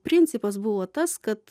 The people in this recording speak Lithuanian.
principas buvo tas kad